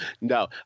No